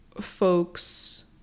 folks